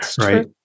Right